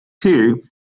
Two